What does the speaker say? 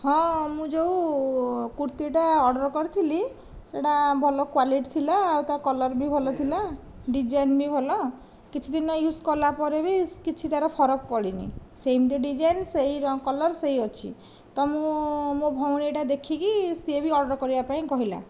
ହଁ ମୁଁ ଯେଉଁ କୁର୍ତ୍ତୀ ଟା ଅର୍ଡ଼ର କରିଥିଲି ସେଇଟା ଭଲ କ୍ୱାଲିଟି ଥିଲା ଆଉ ତା କଲର ବି ଭଲ ଥିଲା ଡିଜାଇନ ବି ଭଲ କିଛି ଦିନ ୟୁଜ କଲା ପରେ ବି କିଛି ତାର ଫରକ ପଡ଼ିନି ସେମିତିଆ ଡିଜାଇନ ସେଇ କଲର ସେଇ ଅଛି ତ ମୁଁ ମୋ ଭଉଣୀ ଏଇଟା ଦେଖିକି ସିଏ ବି ଅର୍ଡ଼ର କରିବା ପାଇଁ କହିଲା